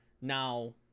Now